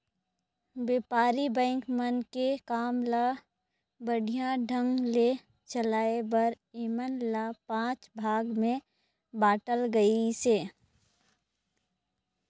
बेपारी बेंक मन के काम ल बड़िहा ढंग ले चलाये बर ऐमन ल पांच भाग मे बांटल गइसे